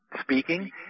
speaking